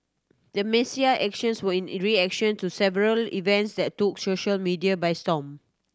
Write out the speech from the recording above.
the Messiah actions were in reaction to several events that took social media by storm